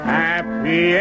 happy